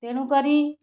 ତେଣୁକରି